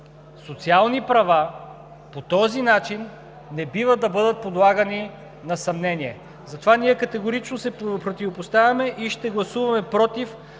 социални права по този начин не бива да бъдат подлагани на съмнение. Затова ние категорично се противопоставяме и ще гласуваме против